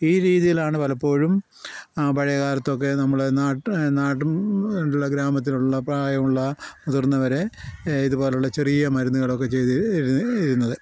ഈ രീതിയിലാണ് പലപ്പോഴും ആ പഴയ കാലത്തൊക്കെ നമ്മുടെ നാട്ടും ഗ്രാമത്തിലുള്ള പ്രായമുള്ള മുതിർന്നവരെ ഇതുപോലുള്ള ചെറിയ മരുന്നുകളൊക്കെ ചെയ്ത് ഇരുന്നത്